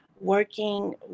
working